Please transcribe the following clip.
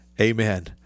Amen